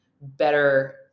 better